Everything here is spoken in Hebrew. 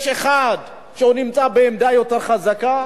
יש אחד שנמצא בעמדה יותר חזקה,